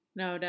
no